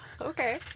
Okay